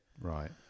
Right